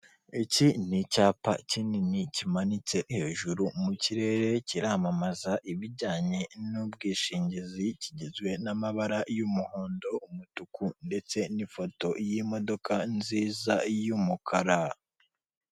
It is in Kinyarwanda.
Iki ni icyapa kinini kimanitse hejuru mu kirere kiramamaza ibijyanye n'ubwishingizi, kigizwe n'amabara y'umuhondo, umutuku ndetse n'ifoto y'imodoka nziza y'umukara.